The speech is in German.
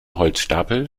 holzstapel